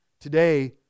Today